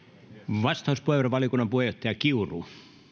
vastauspuheenvuoro valiokunnan puheenjohtaja kiuru arvoisa puhemies